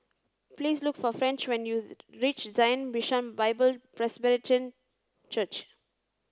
please look for French when you reach Zion Bishan Bible Presbyterian Church